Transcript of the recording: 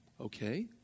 okay